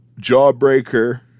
jawbreaker